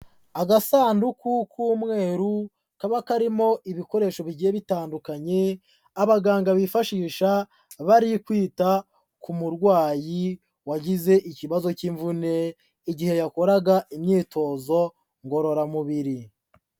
Agasanduku k'umweru kaba karimo ibikoresho bigiye bitandukanye, abaganga bifashisha bari kwita ku murwayi wagize ikibazo cy'imvune igihe yakoraga imyitozo ngororamubiri.